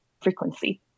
frequency